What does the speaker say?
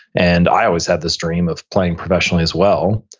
and i always had this dream of playing professionally as well.